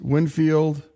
Winfield